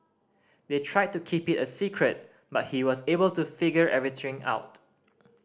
they tried to keep it a secret but he was able to figure everything out